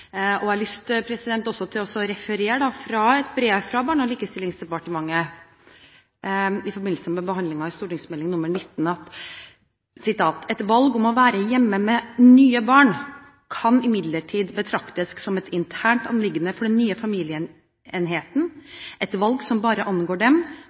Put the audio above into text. Også jeg har lyst til å referere Barne- og likestillingsdepartementet i St.meld. nr. 19 for 2006–2007: «Et valg om å være hjemme med nye barn, kan imidlertid betraktes som et internt anliggende for den nye familieenheten – et valg som bare angår dem.